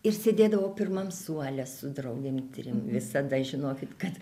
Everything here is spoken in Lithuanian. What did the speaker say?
ir sėdėdavau pirmam suole su draugėm trim visada žinokit kad